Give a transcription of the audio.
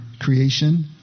creation